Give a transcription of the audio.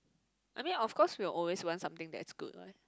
I mean of course we will always want something that is good what